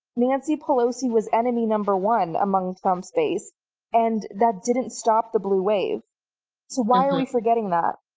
nancy pelosi was enemy number one among trump's base and that didn't stop the blue wave. so why are we forgetting that?